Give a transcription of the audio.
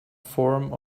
form